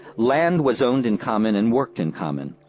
land was owned in common and worked in common.